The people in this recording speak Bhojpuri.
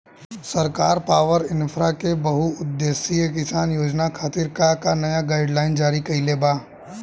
सरकार पॉवरइन्फ्रा के बहुउद्देश्यीय किसान योजना खातिर का का नया गाइडलाइन जारी कइले बा?